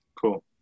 Cool